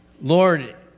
Lord